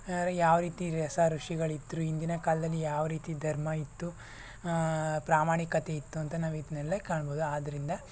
ಯಾವ ರೀತಿ ರಸ ಋಷಿಗಳಿದ್ದರು ಹಿಂದಿನ ಕಾಲದಲ್ಲಿ ಯಾವ ರೀತಿ ಧರ್ಮ ಇತ್ತು ಪ್ರಾಮಾಣಿಕತೆ ಇತ್ತು ಅಂತ ನಾವಿದನ್ನೆಲ್ಲ ಕಾಣ್ಬೋದು ಆದ್ದರಿಂದ